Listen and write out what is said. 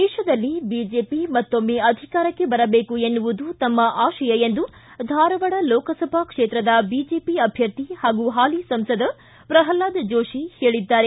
ದೇಶದಲ್ಲಿ ಬಿಜೆಪಿ ಮತ್ತೊಮ್ಮೆ ಅಧಿಕಾರಕ್ಕೆ ಬರದೇಕು ಎನ್ನುವುದು ತಮ್ಮ ಆಶಯ ಎಂದು ಧಾರವಾಡ ಲೋಕಸಭಾ ಕ್ಷೇತ್ರದ ಬಿಜೆಪಿ ಅಭ್ಯರ್ಥಿ ಹಾಗೂ ಹಾಲಿ ಸಂಸದ ಪ್ರಲ್ವಾದ ಜೋತಿ ಹೇಳಿದ್ದಾರೆ